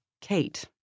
Kate